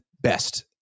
best